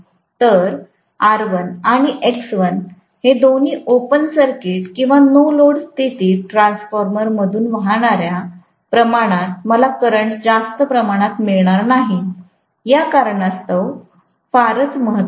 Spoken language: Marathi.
तर R1 आणिX1 हे दोन्ही ओपन सर्किट किंवा नो लोड स्थितीत ट्रान्सफॉर्मर मधून वाहणाऱ्या प्रमाणात मला करंट जास्त प्रमाणात मिळणार नाही या कारणास्तव फार च महत्त्व नाही